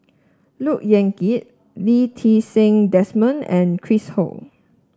Look Yan Kit Lee Ti Seng Desmond and Chris Ho